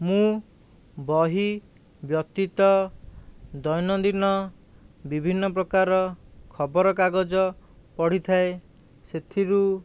ମୁଁ ବହି ବ୍ୟତୀତ ଦୈନନ୍ଦିନ ବିଭିନ୍ନ ପ୍ରକାର ଖବର କାଗଜ ପଢ଼ିଥାଏ ସେଥିରୁ